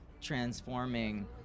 transforming